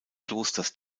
klosters